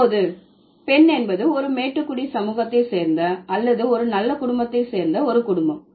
இப்போது பெண் என்பது ஒரு மேட்டுக்குடி சமூகத்தை சேர்ந்த அல்லது ஒரு நல்ல குடும்பத்தை சேர்ந்த ஒரு குடும்பம்